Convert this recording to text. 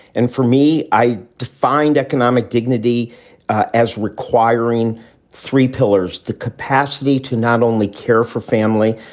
and for me, i defined economic dignity as requiring three pillars the capacity to not only care for family,